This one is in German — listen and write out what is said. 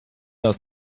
das